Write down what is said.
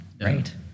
right